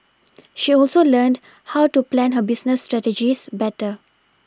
she also learned how to plan her business strategies better